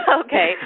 okay